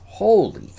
Holy